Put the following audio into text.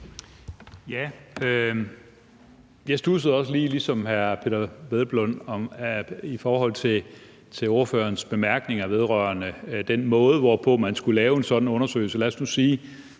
Jeg studsede også lige ligesom hr. Peder Hvelplund over ordførerens bemærkninger vedrørende den måde, hvorpå man skulle lave en sådan undersøgelse. Lad os nu sige,